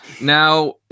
now